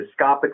endoscopic